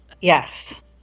Yes